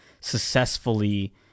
successfully